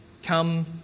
Come